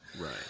Right